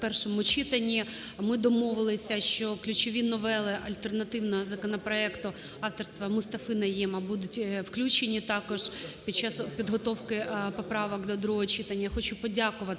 ми домовилися, що ключові новели альтернативна законопроекту авторства Мустафи Найєма будуть включені також під час підготовки поправок до другого читання. Хочу подякувати